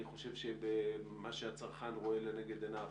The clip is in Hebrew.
אני חושב שמה שהצרכן רואה לנגד עיניו